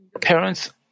Parents